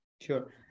Sure